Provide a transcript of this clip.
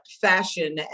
fashion